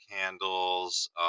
candles